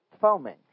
foaming